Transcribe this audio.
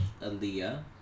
Aaliyah